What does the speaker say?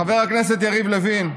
חבר הכנסת יריב לוין,